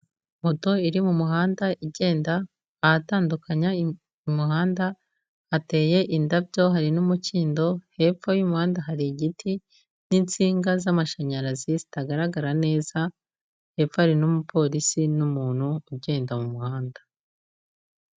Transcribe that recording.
Moto iri mu muhanda igenda ahatandukanya umuhanda hateye indabyo hari n'umukindo hepfo yumuhanda hari igiti n'insinga z'amashanyarazi zitagaragara neza hepfo hari n'umupolisi n'umuntu ugenda mumuhanda.